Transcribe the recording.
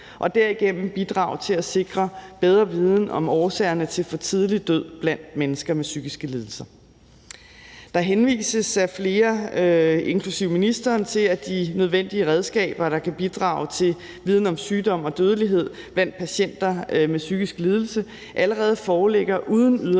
og derigennem bidrage til at sikre bedre viden om årsagerne til for tidlig død blandt mennesker med psykiske lidelser. Der henvises af flere, inklusive ministeren, til, at de nødvendige redskaber, der kan bidrage til viden om sygdom og dødelighed blandt patienter med en psykisk lidelse, allerede foreligger uden yderligere